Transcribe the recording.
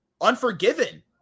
Unforgiven